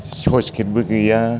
sluice gate बो गैया